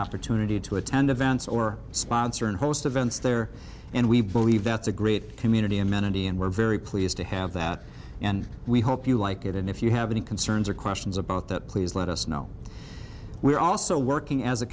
opportunity to attend events or sponsor and host events there and we believe that's a great community amenity and we're very pleased to have that and we hope you like it and if you have any concerns or questions about that please let us know we're also working as a